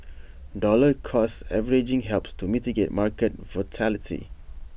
dollar cost averaging helps to mitigate market volatility